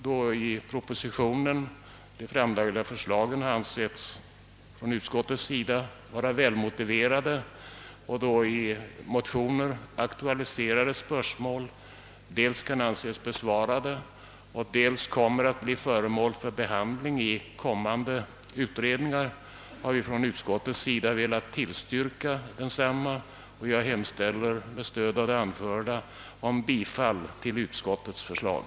Då i propositionen framlagda förslag har ansetts vara väl motiverade och då i motioner aktualiserade spörsmål dels kan anses besvarade och dels kommer att bli föremål för behandling i kommande utredningar har vi från utskotts majoritetens sida velat tillstyrka propositionen. Jag hemställer med stöd av det anförda om bifall till utskottets förslag.